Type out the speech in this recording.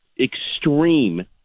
extreme